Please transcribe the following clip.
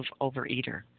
overeater